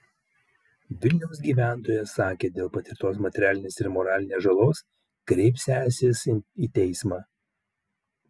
vilniaus gyventojas sakė dėl patirtos materialinės ir moralinės žalos kreipsiąsis į teismą